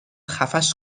خفش